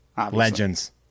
legends